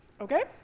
Okay